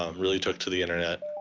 um really talked to the internet